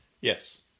Yes